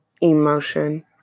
emotion